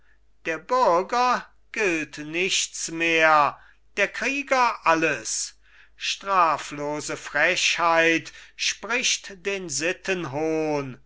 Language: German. der bürger gilt nichts mehr der krieger alles straflose frechheit spricht den sitten hohn